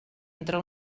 entre